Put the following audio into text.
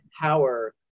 Power